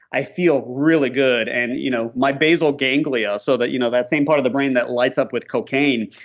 i feel really good. and you know my basil ganglia, so that you know that same part of the brain that lights up with cocaine,